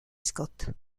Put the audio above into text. scott